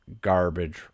garbage